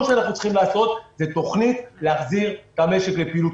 שאנחנו צריכים לעשות הוא תוכנית להחזיר את המשק לפעילות.